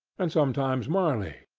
and sometimes marley,